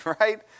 right